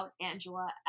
Angela